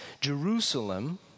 Jerusalem